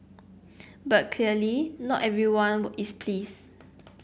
but clearly not everyone is pleased